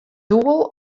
doel